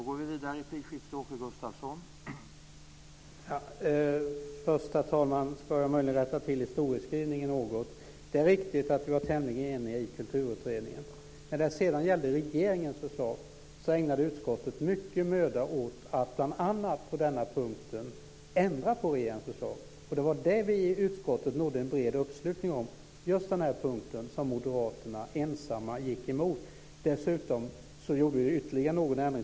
Herr talman! Först ska jag rätta till historieskrivningen något. Det är riktigt att vi var tämligen eniga i Kulturutredningen. När det sedan gällde regeringens förslag ägnade utskottet mycket möda åt att bl.a. på denna punkt ändra på regeringens förslag. Det var det vi i utskottet nådde en bred uppslutning omkring, alltså just den punkt som Moderaterna ensamma gick emot. Dessutom gjorde vi ytterligare någon ändring.